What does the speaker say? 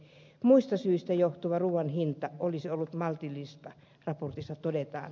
muista syistä johtuva ruuan hinnannousu olisi ollut maltillista raportissa todetaan